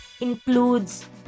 includes